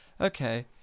Okay